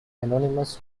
anonymous